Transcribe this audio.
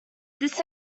this